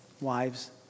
wives